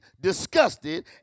disgusted